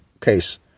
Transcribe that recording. case